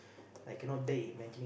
I cannot dare imagine